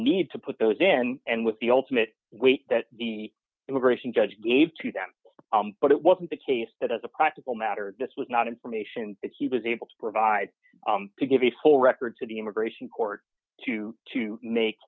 need to put those in and with the ultimate weight that the immigration judge gave to them but it wasn't the case that as a practical matter this was not information that he was able to provide to give a full record to the immigration court to to make